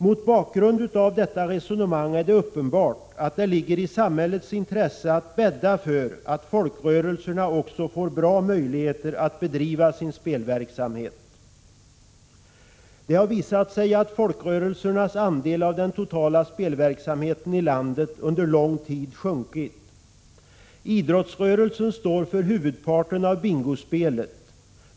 Mot bakgrund av detta resonemang är det uppenbart att det ligger i samhällets intresse att bädda för att folkrörelserna också får bra möjligheter att bedriva sin spelverksamhet. Det har visat sig att folkrörelsernas andel av den totala spelverksamheten i landet under lång tid minskat. Idrottsrörelsen står för huvudparten av bingospelet.